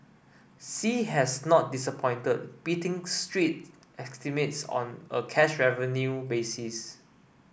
sea has not disappointed beating street estimates on a cash revenue basis